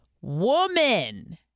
woman